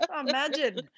Imagine